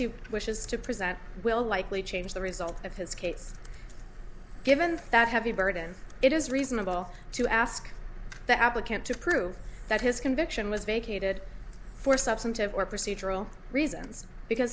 he wishes to present will likely change the result of his case given that heavy burden it is reasonable to ask the applicant to prove that his conviction was vacated for substantive or procedural reasons because